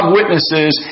witnesses